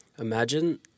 Imagine